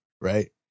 right